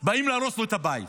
באים להרוס לו את הבית.